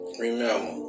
Remember